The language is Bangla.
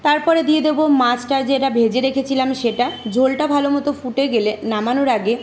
তারপরে দিয়ে দেবো মাছটা যেটা ভেজে রেখেছিলাম সেটা ঝোলটা ভালো মতো ফুটে গেলে নামানোর আগে